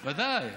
ודאי.